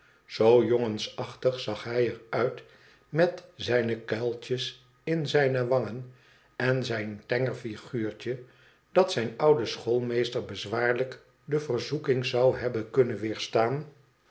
zoo jongensachtig zag hij er uit met zijne kuiltjes in zijne wangen en zijn tenger figuurtje dat zijn oude schoolmeester bezwaarlijk de verzoeking zou hebben kunnen weerstaan